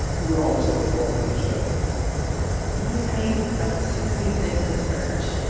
we were almost at war with each other one night about six weeks into the search,